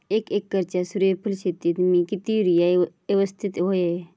एक एकरच्या सूर्यफुल शेतीत मी किती युरिया यवस्तित व्हयो?